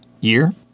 year